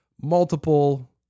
multiple